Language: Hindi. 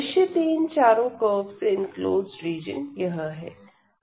निश्चित ही इन चारों कर्वस से इनक्लोज्ड रीजन यह है